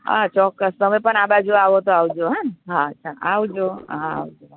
હા ચોક્કસ તમે પણ આ બાજુ આવો તો આવજો હં હા અચ્છા આવજો હા આવજો હા આવજો